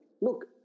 Look